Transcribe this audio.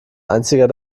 einziger